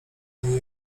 niej